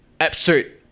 absurd